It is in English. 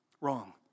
Wrong